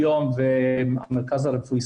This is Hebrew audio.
אני היום לא עושה הצבעה בוועדה.